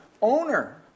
owner